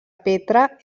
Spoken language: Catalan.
petra